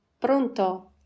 pronto